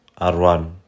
R1